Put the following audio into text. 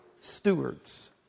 stewards